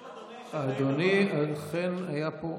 אדוני, אכן היה פה,